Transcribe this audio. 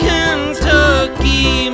Kentucky